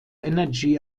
energy